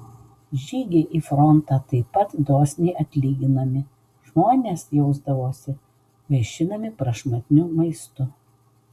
žygiai į frontą taip pat dosniai atlyginami žmonės jausdavosi vaišinami prašmatniu maistu